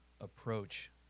approach